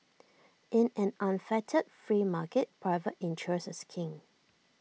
in an unfettered free market private interest is king